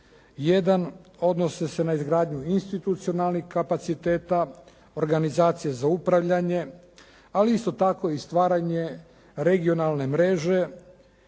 1. odnose se na izgradnju institucionalnih kapaciteta, organizacije za upravljanje ali isto tako i stvaranje regionalne mreže